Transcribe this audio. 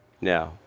Now